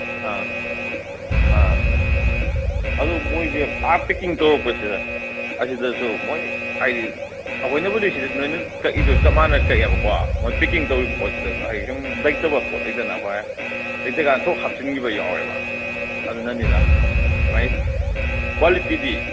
ꯑꯥ ꯑꯥ ꯑꯗꯣ ꯃꯣꯏꯁꯦ ꯑꯥ ꯄꯦꯛꯀꯤꯡ ꯇꯧꯔꯛꯄꯁꯦ ꯑꯁꯤꯗꯁꯨ ꯃꯣꯏ ꯍꯥꯏꯗꯤ ꯑꯩꯈꯣꯏꯅꯕꯨꯗꯤ ꯁꯤꯗ ꯅꯣꯏꯅ ꯀꯛꯏꯗꯣ ꯁꯤꯗ ꯆꯞ ꯃꯥꯟꯅꯅ ꯀꯛꯑꯦꯕꯀꯣ ꯃꯣꯏ ꯄꯦꯛꯀꯤꯡ ꯇꯧꯔꯤꯕ ꯄꯣꯠꯁꯤꯗ ꯍꯥꯏꯗꯤ ꯁꯨꯝ ꯂꯩꯇꯥꯕ ꯄꯣꯠ ꯂꯩꯗꯅ ꯑꯩꯈꯣꯏ ꯂꯩꯇ꯭ꯔ ꯀꯟꯗ ꯊꯣꯛ ꯍꯥꯞꯆꯤꯟꯈꯤꯕ ꯌꯥꯎꯋꯦꯕ ꯑꯗꯨꯅꯅꯤꯗ ꯑꯗꯨꯃꯥꯏꯅ ꯀ꯭ꯋꯥꯂꯤꯇꯤꯗꯤ